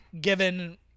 given